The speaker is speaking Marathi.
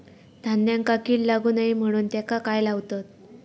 धान्यांका कीड लागू नये म्हणून त्याका काय लावतत?